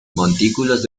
montículos